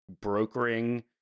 brokering